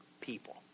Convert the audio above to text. people